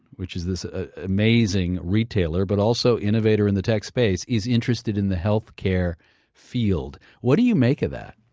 which is this amazing retailer but also innovator in the tech space, is interested in the health care field. what do you make of that?